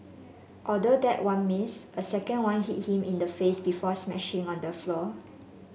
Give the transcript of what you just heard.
although that one missed a second one hit him in the face before smashing on the floor